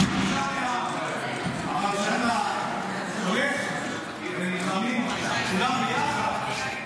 אבל כשאתה הולך ונלחמים כולם ביחד,